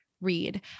read